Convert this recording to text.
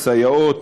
סייעות,